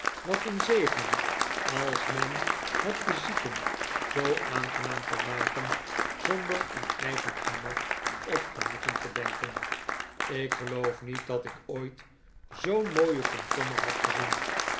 wat een zegen als men het de zieken zoo aangenaam kan maken zonder om eigen gemak of genoegen te denken ik geloof niet dat ik ooit zoo'n mooien komkommer heb gezien